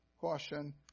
caution